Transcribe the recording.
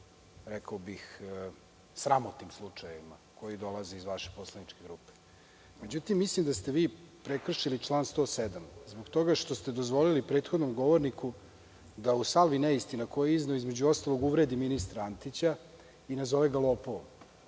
zaista sramotnim slučajevima koji dolaze iz vaše poslaničke grupe. Međutim, mislim da ste vi prekršili član 107. zbog toga što ste dozvolili prethodnom govorniku da u salvi neistina koje je izneo između ostalog uvredi i ministra Antića i nazove ga lopovom,